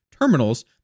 terminals